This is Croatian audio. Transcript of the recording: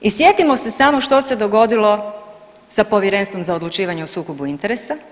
I sjetimo se samo što se dogodilo sa Povjerenstvom za odlučivanje o sukobu interesa.